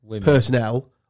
personnel